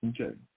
Okay